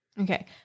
Okay